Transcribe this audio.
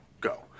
go